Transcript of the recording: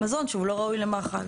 מזון שהוא לא ראוי למאכל.